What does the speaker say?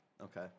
okay